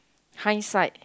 hindsight